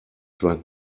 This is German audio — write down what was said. zwar